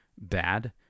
bad